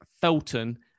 Felton